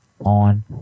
on